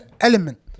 element